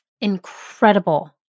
incredible